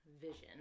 vision